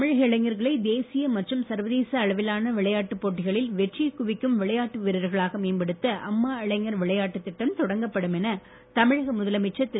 தமிழக இளைஞர்களை தேசிய மற்றும் சர்வதேச அளவிலான விளையாட்டுப் போட்டிகளில் வெற்றியைக் கொடுக்கும் விளையாட்டு வீர்ர்களாக மேம்படுத்த அம்மாஇளைஞர் விளையாட்டுத் திட்டம் தொடக்கப் படும் என தமிழக முதலமைச்சர் திரு